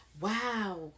wow